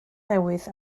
newydd